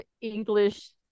English